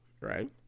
right